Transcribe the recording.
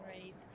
Great